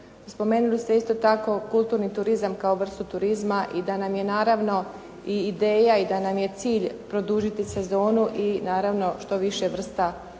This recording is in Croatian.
Spomenuli ste isto tako kulturni turizam kao vrstu turizma i da nam je naravno ideja i da nam je cilj produžiti sezonu i što više turizma